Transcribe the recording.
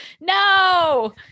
No